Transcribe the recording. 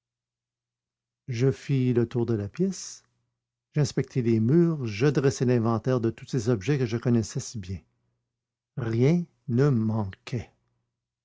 je fis le tour de la pièce j'inspectai les murs je dressai l'inventaire de tous ces objets que je connaissais si bien rien ne manquait